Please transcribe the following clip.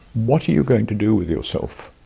what are you going to do with yourself?